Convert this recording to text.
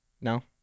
No